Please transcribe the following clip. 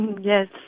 Yes